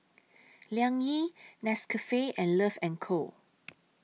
Liang Yi Nescafe and Love and Co